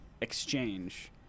exchange